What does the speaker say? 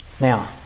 Now